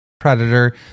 predator